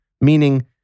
Meaning